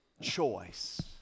Choice